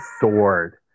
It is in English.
sword